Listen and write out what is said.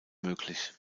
möglich